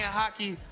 hockey